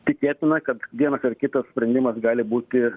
tikėtina kad vienas ar kitas sprendimas gali būti